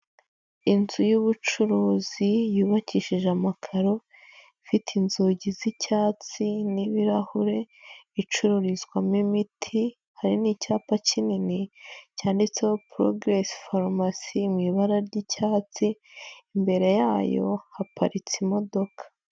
Inzu y'ubucuruzi yubakishije amakaro ifite inzugi z'icyatsi n'ibirahure icururizwamo imiti hari n'icyapa kinini cyanditseho poroguresi forumasi mu ibara ry'icyatsi imbere yayo haparitse imodoka.